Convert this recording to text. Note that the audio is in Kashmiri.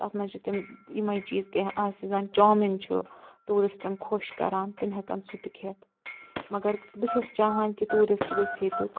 تتھ منٛز چھِ تِم یِمَے چیٖز کیٚنٛہہ آسہِ زن چامِن چھُ ٹیٛوٗرسٹن خوش کَران تِم ہٮ۪کن سُہ تہِ کھٮ۪تھ مگر بہٕ چھَس چہان کہِ ٹیٛوٗرسٹہٕ گٔژھ ییٚتُک